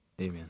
Amen